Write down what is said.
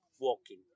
walking